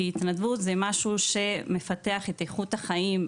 כי התנדבות זה משהו שמפתח את איכות החיים,